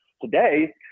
today